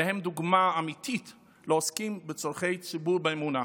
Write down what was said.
והם דוגמה אמיתית לעוסקים בצורכי ציבור באמונה.